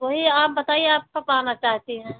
वही आप बताइए आप कब आना चाहती हैं